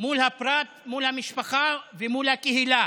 מול הפרט, מול המשפחה ומול הקהילה.